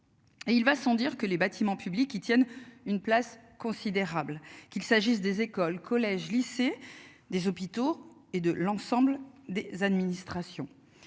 Et il va sans dire que les bâtiments publics qui tiennent une place considérable qu'il s'agisse des écoles, collèges, lycées, des hôpitaux et de l'ensemble des administrations.